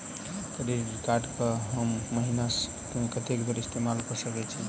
Credit card कऽ हम महीना मे कत्तेक बेर इस्तेमाल कऽ सकय छी?